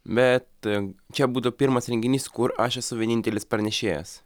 bet čia būtų pirmas renginys kur aš esu vienintelis pranešėjas